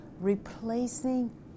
replacing